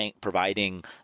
providing